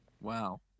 Wow